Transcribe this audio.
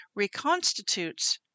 reconstitutes